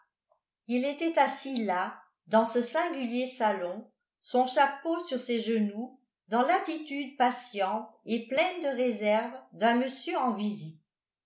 il était assis là dans ce singulier salon son chapeau sur ses genoux dans l'attitude patiente et pleine de réserve d'un monsieur en visite